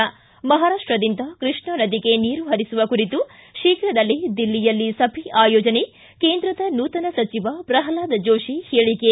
ಿ ಮಹಾರಾಪ್ಪದಿಂದ ಕೃಷ್ಣಾ ನದಿಗೆ ನೀರು ಪರಿಸುವ ಕುರಿತು ಶೀಘವೇ ದಿಲ್ಲಿಯಲ್ಲಿ ಸಭೆ ಆಯೋಜನೆ ಕೇಂದ್ರದ ನೂತನ ಸಚಿವ ಪ್ರಹ್ಲಾದ್ ಜೋಶಿ ಹೇಳಿಕೆ